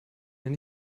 hier